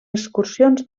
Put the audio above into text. excursions